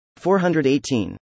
418